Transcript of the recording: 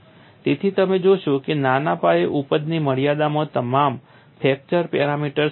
તેથી તમે જોશો કે નાના પાયે ઉપજની મર્યાદામાં તમામ ફ્રેક્ચર પેરામીટર્સ સમાન છે